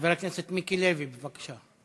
חבר הכנסת מיקי לוי, בבקשה.